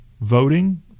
voting